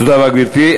תודה רבה, גברתי.